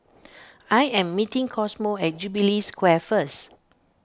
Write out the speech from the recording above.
I am meeting Cosmo at Jubilee Square first